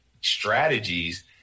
strategies